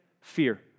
Fear